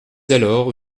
alors